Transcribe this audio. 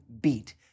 beat